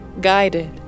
guided